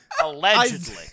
Allegedly